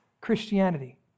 Christianity